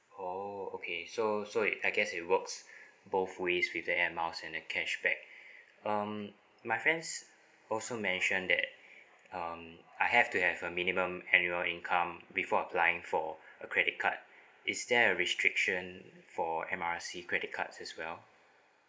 oh okay so so it I guess it works both ways with than us in a cashback um my friends also mention that um I have to have a minimum and your income before applying for a credit card is there a restriction for M R C credit cards as well